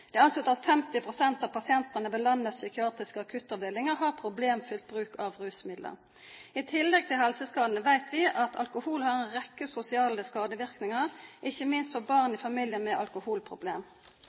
Det er anslått at 50 pst. av pasientene ved landets psykiatriske akuttavdelinger har problemfylt bruk av rusmidler. I tillegg til helseskadene vet vi at alkohol har en rekke sosiale skadevirkninger, ikke minst for barn